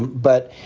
but,